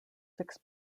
six